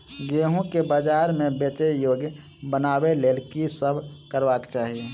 गेंहूँ केँ बजार मे बेचै योग्य बनाबय लेल की सब करबाक चाहि?